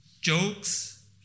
jokes